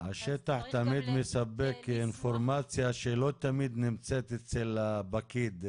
אז צריך גם --- השטח תמיד מספק אינפורמציה שלא תמיד נמצאת אצל הפקיד.